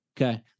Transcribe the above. Okay